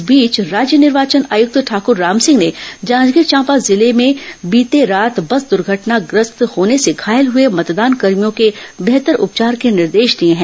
इस बीच राज्य निर्वाचन आयुक्त ठाकुर रामसिंह ने जांजगीर चांपा जिले में बीत रात बस द्र्घटनाग्रस्त होने से घायल हुए मतदानकर्मियों के बेहतर उपचार के निर्देश दिए हैं